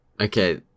Okay